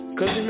Cause